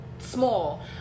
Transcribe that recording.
small